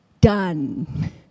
Done